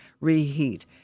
reheat